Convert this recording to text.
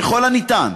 ככל הניתן,